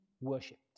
worshipped